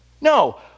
No